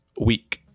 week